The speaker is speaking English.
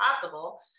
possible